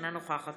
אינה נוכחת